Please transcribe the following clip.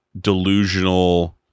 delusional